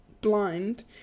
blind